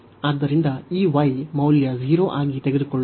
ಆದ್ದರಿಂದ ಈ y ಮೌಲ್ಯ 0 ಆಗಿ ತೆಗೆದುಕೊಳ್ಳುತ್ತದೆ